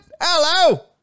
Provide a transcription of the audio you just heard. Hello